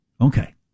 Okay